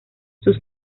sus